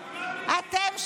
אתם,